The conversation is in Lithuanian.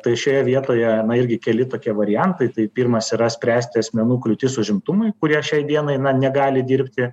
tai šioje vietoje na irgi keli tokie variantai tai pirmas yra spręsti asmenų kliūtis užimtumui kurie šiai dienai na negali dirbti